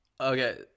Okay